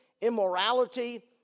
immorality